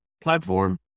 platform